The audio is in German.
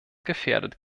gefährdet